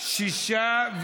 שישה.